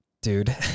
dude